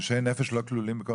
תשושי נפש לא כלולים?